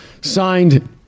Signed